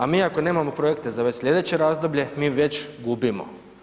A mi ako nemamo projekte za već sljedeće razdoblje, mi već gubimo.